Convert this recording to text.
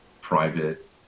private